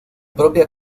propia